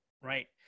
Right